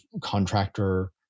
contractor